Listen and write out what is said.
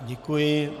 Děkuji.